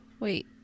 Wait